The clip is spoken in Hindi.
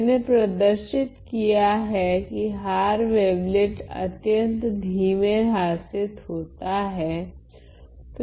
मैंने प्रदर्शित किया है कि हार वेवलेट अत्यंत धीमे ह्र्सीत होता हैं